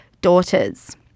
daughters